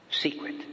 secret